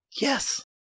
Yes